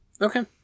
Okay